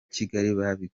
kigali